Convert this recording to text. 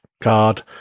card